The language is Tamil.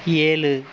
ஏழு